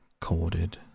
corded